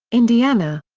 indiana.